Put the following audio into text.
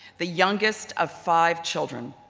the youngest of five children,